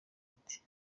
ati